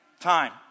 Time